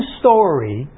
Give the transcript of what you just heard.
story